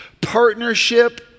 partnership